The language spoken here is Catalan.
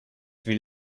fill